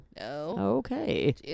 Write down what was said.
okay